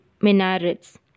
minarets